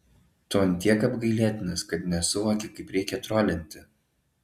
tu ant tiek apgailėtinas kad nesuvoki kaip reikia trolinti